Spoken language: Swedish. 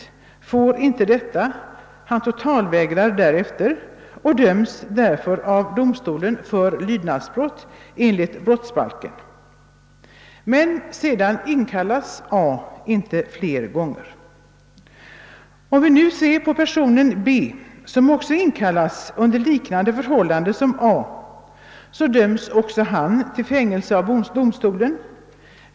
Han får inte sådan, totalvägrar därför och döms av domstolen för lydnadsbrott enligt brottsbalken. Men sedan inkallas A inte fler gånger. Personen B inkallas under liknande förhållanden som A och döms till fängelse av domstolen.